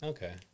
Okay